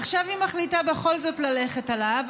עכשיו היא מחליטה בכל זאת ללכת עליו,